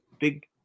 big